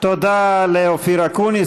תודה לאופיר אקוניס.